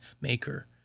maker